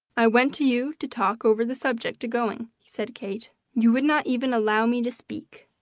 i went to you to talk over the subject to going, said kate. you would not even allow me to speak.